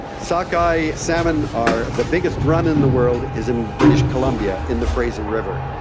sockeye salmon are, the biggest run in the world is in british columbia in the fraser river.